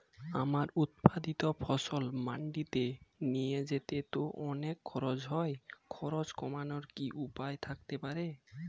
আমার উৎপাদিত ফসল মান্ডিতে নিয়ে যেতে তো অনেক খরচ হয় খরচ কমানোর কি উপায় থাকতে পারে?